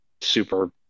super